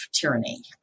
tyranny